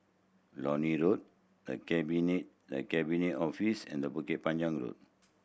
Lornie Road The Cabinet The Cabinet Office and Bukit Panjang Road